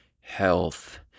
Health